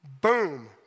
boom